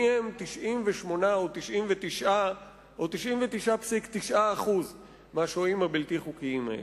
מי הם 98% או 99% או 99.9% מהשוהים הבלתי-חוקיים האלה?